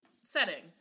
setting